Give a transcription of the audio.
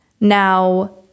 Now